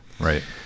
Right